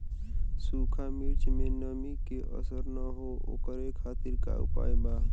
सूखा मिर्चा में नमी के असर न हो ओकरे खातीर का उपाय बा?